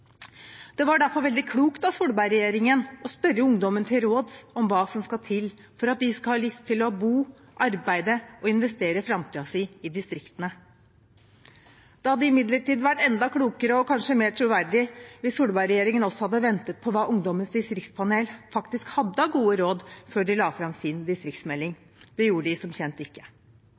Det var derfor veldig klokt av Solberg-regjeringen å spørre ungdommen til råds om hva som skal til for at de skal ha lyst til å bo, arbeide og investere framtiden sin i distriktene. Det hadde imidlertid vært enda klokere og kanskje mer troverdig hvis Solberg-regjeringen også hadde ventet på hva Ungdommens distriktspanel faktisk hadde av gode råd, før de la fram sin distriktsmelding. Det gjorde de som kjent ikke.